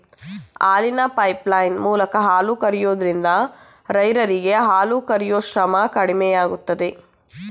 ಹಾಲಿನ ಪೈಪ್ಲೈನ್ ಮೂಲಕ ಹಾಲು ಕರಿಯೋದ್ರಿಂದ ರೈರರಿಗೆ ಹಾಲು ಕರಿಯೂ ಶ್ರಮ ಕಡಿಮೆಯಾಗುತ್ತೆ